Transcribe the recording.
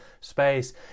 space